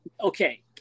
Okay